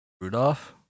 Rudolph